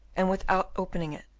and without opening it,